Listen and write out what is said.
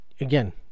again